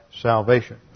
salvation